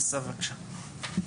אסף, בבקשה.